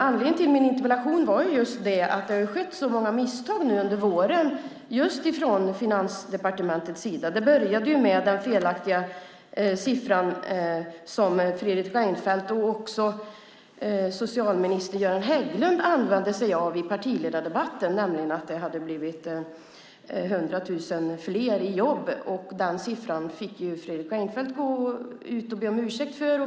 Anledningen till min interpellation är att det har skett så många misstag under våren från Finansdepartementets sida. Det började med den felaktiga siffran som Fredrik Reinfeldt och också socialminister Göran Hägglund använde sig av i partiledardebatten, nämligen att det hade blivit 100 000 fler i jobb. Den siffran fick Fredrik Reinfeldt be om ursäkt för.